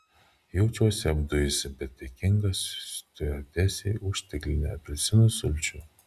jaučiuosi apdujusi bet dėkinga stiuardesei už stiklinę apelsinų sulčių